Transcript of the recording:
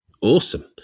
Awesome